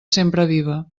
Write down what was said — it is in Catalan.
sempreviva